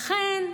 לכן,